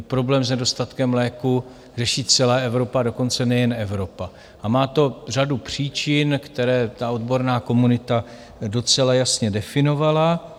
Problém s nedostatkem léků řeší celá Evropa, dokonce nejen Evropa, a má to řadu příčin, které odborná komunita docela jasně definovala.